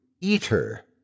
Eater